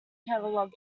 catalog